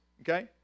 okay